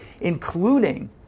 including